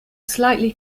slightly